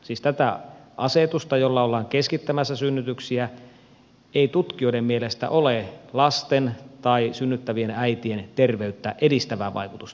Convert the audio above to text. siis tällä asetuksella jolla ollaan keskittämässä synnytyksiä ei tutkijoiden mielestä ole lasten tai synnyttävien äitien terveyttä edistävää vaikutusta